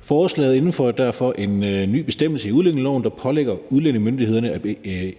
Forslaget indfører derfor en ny bestemmelse i udlændingeloven, der pålægger udlændingemyndighederne at